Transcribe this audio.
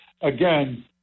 again